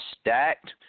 stacked